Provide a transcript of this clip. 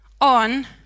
on